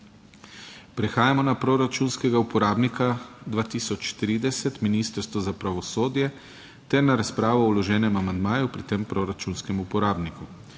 Prehajamo na proračunskega uporabnika 2030, Ministrstvo za pravosodje ter na razpravo o vloženem amandmaju pri tem proračunskem uporabniku.